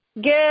Good